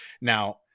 Now